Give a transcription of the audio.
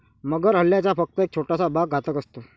मगर हल्ल्याचा फक्त एक छोटासा भाग घातक असतो